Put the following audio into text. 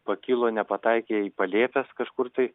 pakilo nepataikė į palėpes kažkur tai